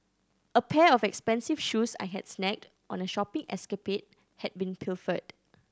a pair of expensive shoes I had snagged on a shopping escapade had been pilfered